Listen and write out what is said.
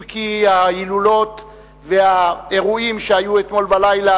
אם כי ההילולות והאירועים שהיו אתמול בלילה,